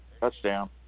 Touchdown